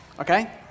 okay